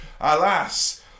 alas